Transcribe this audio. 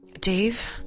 Dave